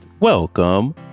Welcome